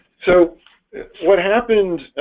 so what happened?